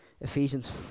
Ephesians